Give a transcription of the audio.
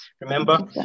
remember